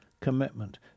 commitment